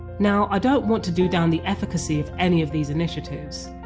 now, i don't want to do down the efficacy of any of these initiatives,